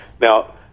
Now